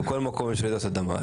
בכול מקום יש רעידות אדמה.